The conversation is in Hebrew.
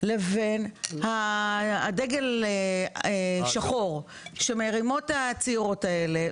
לבין הדגל השחור שמרימות הצעירות האלה.